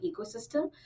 ecosystem